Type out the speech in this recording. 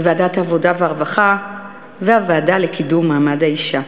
בוועדת העבודה והרווחה ובוועדה לקידום מעמד האישה.